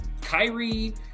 Kyrie